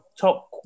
top